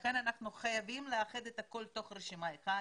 לכן אנחנו חייבים לאחד את הכול תחת רשימה אחת,